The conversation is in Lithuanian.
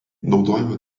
naudojami